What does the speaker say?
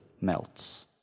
melts